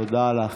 תודה לך.